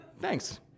thanks